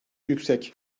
yüksek